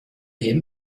him